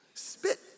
Spit